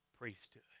priesthood